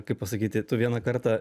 kaip pasakyti tu vieną kartą